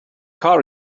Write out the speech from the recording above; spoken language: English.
car